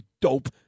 dope